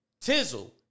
Tizzle